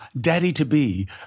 daddy-to-be